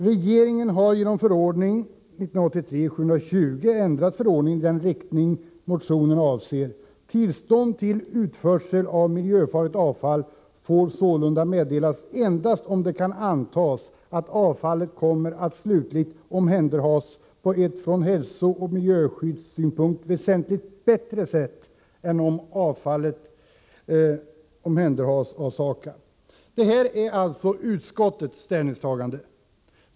Regeringen har genom förordning ändrat förordningen om miljöfarligt avfall i den riktning som påtalas i motion 1086. Tillstånd till utförsel av miljöfarligt avfall får sålunda meddelas endast om det kan antas att avfallet kommer att slutligt omhändertas på ett från hälsooch miljöskyddssynpunkt väsentligt bättre sätt än om avfallet omhändertas av SAKAB.” Detta är alltså utskottets ställningstagande.